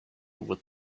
what